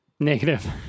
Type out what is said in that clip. Negative